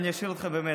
אני אשאיר אותך במתח.